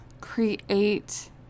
create